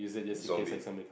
zombie